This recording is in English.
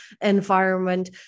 environment